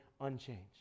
unchanged